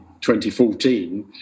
2014